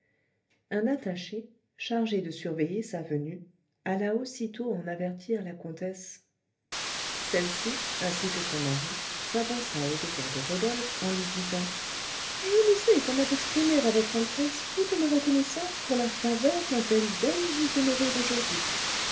un attaché chargé de surveiller sa venue alla aussitôt en avertir la comtesse celle-ci ainsi que son mari s'avança au-devant de rodolphe en lui disant je ne sais comment exprimer à votre altesse toute ma reconnaissance pour la faveur dont elle daigne nous honorer aujourd'hui